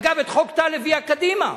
אגב, את חוק טל הביאה קדימה.